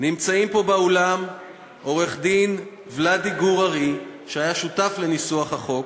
נמצאים פה באולם עורך-דין ולאדי גור-ארי שהיה שותף לניסוח החוק.